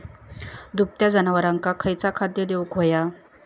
दुभत्या जनावरांका खयचा खाद्य देऊक व्हया?